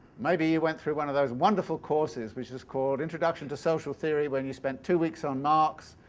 maybe you went through one of those wonderful courses which is called introduction to social theory, where you spent two weeks on marx,